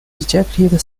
ejected